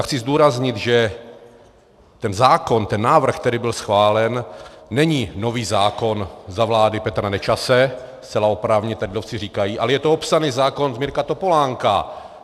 Chci zdůraznit, že ten zákon, ten návrh, který byl schválen, není nový zákon za vlády Petra Nečase, zcela oprávněně to lidovci říkají, ale je to opsaný zákon Mirka Topolánka.